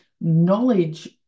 knowledge